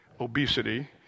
obesity